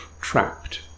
trapped